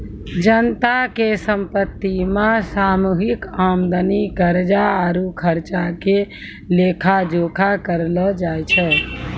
जनता के संपत्ति मे सामूहिक आमदनी, कर्जा आरु खर्चा के लेखा जोखा करलो जाय छै